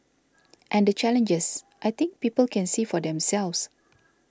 and the challenges I think people can see for themselves